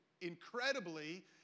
incredibly